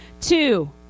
Two